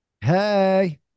Hey